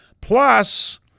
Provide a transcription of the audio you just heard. Plus